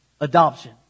Adoption